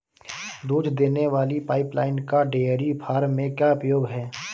दूध देने वाली पाइपलाइन का डेयरी फार्म में क्या उपयोग है?